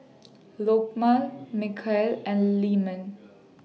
Lokman Mikhail and Leman